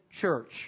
church